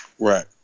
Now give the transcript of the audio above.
Right